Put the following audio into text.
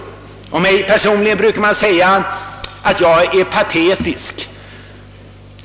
Om mig brukar man säga att jag är patetisk.